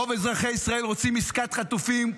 רוב אזרחי ישראל רוצים עסקת חטופים,